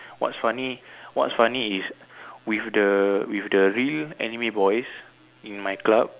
what's funny what's funny is with the with the real anime boys in my club